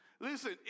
Listen